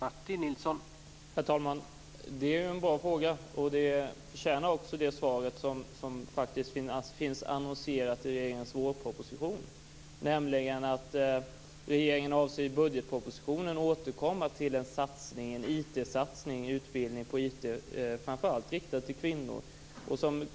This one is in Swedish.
Herr talman! Det är en bra fråga, och den förtjänar också det svar som ges i regeringens vårproposition, nämligen att regeringen avser att i budgetpropositionen återkomma med en IT-satsning framför allt riktad till kvinnor.